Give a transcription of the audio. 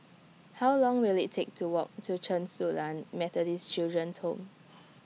How Long Will IT Take to Walk to Chen Su Lan Methodist Children's Home